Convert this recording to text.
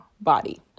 body